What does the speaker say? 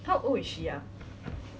how old is she ah